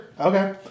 Okay